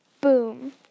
Boom